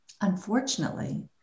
Unfortunately